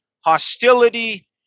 hostility